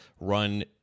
run